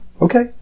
okay